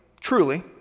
truly